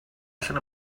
allan